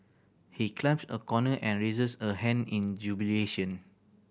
he climbs a corner and raises a hand in jubilation